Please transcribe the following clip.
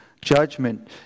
judgment